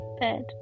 bed